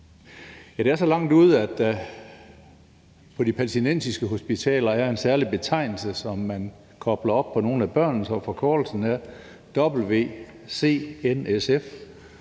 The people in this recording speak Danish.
det er så langt ude, at der på de palæstinensiske hospitaler er en særlig betegnelse, som man kobler op på nogle af børnene, og forkortelsen er wcnsf,